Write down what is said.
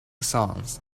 songs